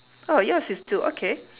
oh yours is two okay